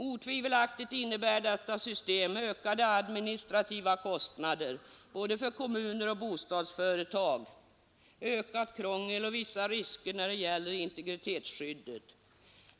Otvivelaktigt innebär detta system ökade administrativa kostnader för både kommuner och bostadsföretag, ökat krångel och vissa risker när det gäller integritetsskyddet.